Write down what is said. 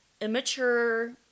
immature